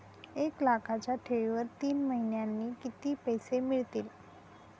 एक लाखाच्या ठेवीवर तीन महिन्यांनी किती पैसे मिळतील?